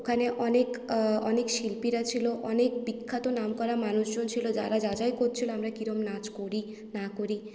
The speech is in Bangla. ওখানে অনেক অনেক শিল্পীরা ছিল অনেক বিখ্যাত নামকরা মানুষজন ছিল যারা যাচাই করছিল আমরা কীরম নাচ করি না করি